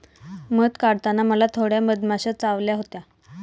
मध काढताना मला थोड्या मधमाश्या चावल्या होत्या